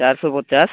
ଚାରିଶହ ପଚାଶ